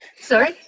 Sorry